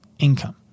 income